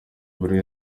buri